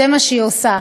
זה מה שהיא עושה,